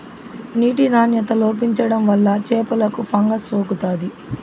నీటి నాణ్యత లోపించడం వల్ల చేపలకు ఫంగస్ సోకుతాది